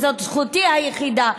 וזאת זכותי היחידה,